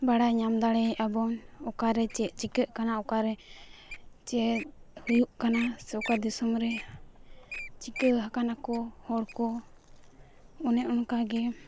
ᱵᱟᱲᱟᱭ ᱧᱟᱢ ᱫᱟᱲᱮᱭᱟᱜ ᱟᱵᱚᱱ ᱚᱠᱟᱨᱮ ᱪᱮᱫ ᱪᱤᱠᱟᱹᱜ ᱠᱟᱱᱟ ᱚᱠᱟᱨᱮ ᱪᱮᱫ ᱦᱩᱭᱩᱜ ᱠᱟᱱᱟ ᱥᱮ ᱚᱠᱟ ᱫᱤᱥᱚᱢᱨᱮ ᱪᱤᱠᱟᱹ ᱦᱟᱠᱟᱱᱟ ᱠᱚ ᱦᱚᱲᱠᱚ ᱚᱱᱮ ᱚᱱᱠᱟᱜᱮ